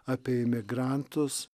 apie imigrantus